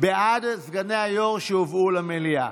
בעד סגני היו"ר שהובאו למליאה.